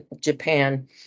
Japan